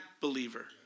believer